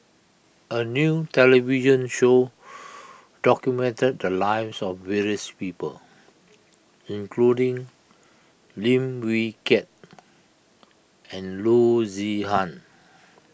a new television show documented the lives of various people including Lim Wee Kiak and Loo Zihan